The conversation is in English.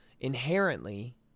inherently